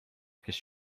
kes